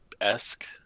esque